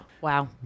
Wow